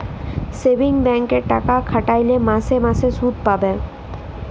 savings ব্যাংকে টাকা খাটাইলে মাসে মাসে সুদ পাবে